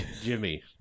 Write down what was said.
Jimmy